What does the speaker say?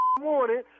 morning